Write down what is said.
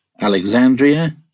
Alexandria